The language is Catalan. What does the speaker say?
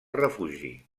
refugi